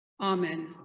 amen